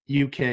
UK